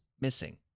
Missing